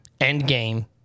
Endgame